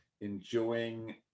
enjoying